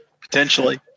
Potentially